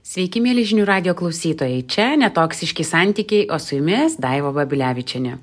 sveiki mieli žinių radijo klausytojai čia netoksiški santykiai o su jumis daiva babilevičienė